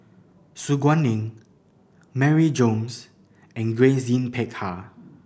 Su Guaning Mary Gomes and Grace Yin Peck Ha